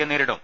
യെ നേരിടും